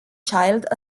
child